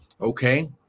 Okay